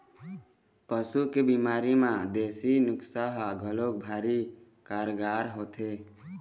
पशु के बिमारी म देसी नुक्सा ह घलोक भारी कारगार होथे